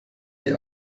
die